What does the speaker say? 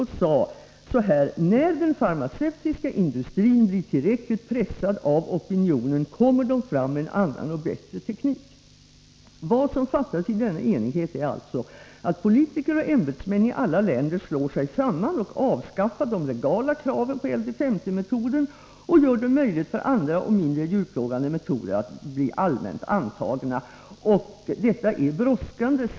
Han sade: ”När den farmaceutiska industrin blir tillräckligt pressad av opinionen, kommer den fram med en annan och bättre teknik.” Vad som fattas i denna enighet är alltså att politiker och ämbetsmän i alla länder slår sig samman och avskaffar de legala kraven på LD50-metoden och gör det möjligt för andra och mindre djurplågande metoder att bli allmänt antagna. Detta är brådskande.